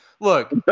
Look